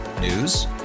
News